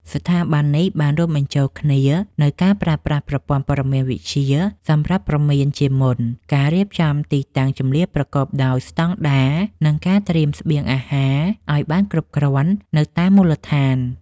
ស្ថាប័ននេះបានរួមបញ្ចូលគ្នានូវការប្រើប្រាស់ប្រព័ន្ធព័ត៌មានវិទ្យាសម្រាប់ព្រមានជាមុន ការរៀបចំទីតាំងជម្លៀសប្រកបដោយស្តង់ដារ និងការត្រៀមស្បៀងអាហារឱ្យបានគ្រប់គ្រាន់នៅតាមមូលដ្ឋាន។